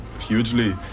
hugely